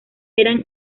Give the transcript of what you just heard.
eran